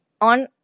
on